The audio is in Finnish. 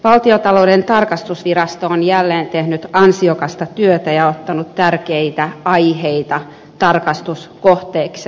valtiontalouden tarkastusvirasto on jälleen tehnyt ansiokasta työtä ja ottanut tärkeitä aiheita tarkastuskohteikseen